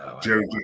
Jerry